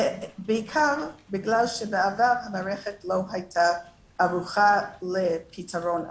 בעיקר בגלל שבעבר המערכת לא הייתה ערוכה לפתרון אחר.